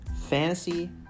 fantasy